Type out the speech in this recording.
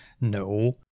No